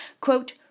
quote